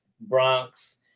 Bronx